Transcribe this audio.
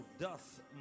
doth